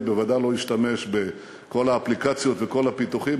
בוודאי לא ישתמש בכל האפליקציות וכל הפיתוחים,